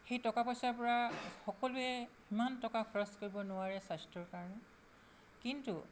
সেই টকা পইচাৰ পৰা সকলোৱে ইমান টকা খৰচ কৰিব নোৱাৰে স্বাস্থ্যৰ কাৰণে কিন্তু